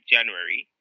January